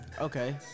Okay